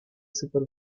super